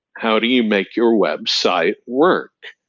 how do you make your website work?